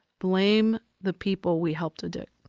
blame the people we helped addict.